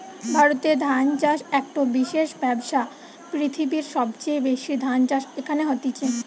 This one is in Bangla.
ভারতে ধান চাষ একটো বিশেষ ব্যবসা, পৃথিবীর সবচেয়ে বেশি ধান চাষ এখানে হতিছে